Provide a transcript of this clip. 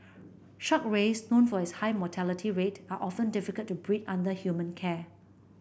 shark rays known for its high mortality rate are often difficult to breed under human care